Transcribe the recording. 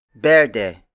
BERDE